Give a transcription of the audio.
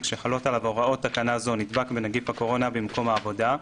שחלות עליו הוראות תקנה זו נדבק בנגיף הקורונה במקום העבודה,